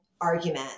argument